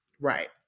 Right